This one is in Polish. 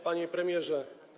Panie Premierze!